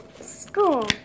School